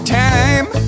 time